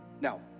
Now